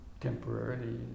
temporarily